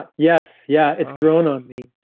yes. yeah. it's grown on me.